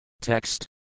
Text